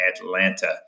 Atlanta